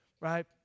Right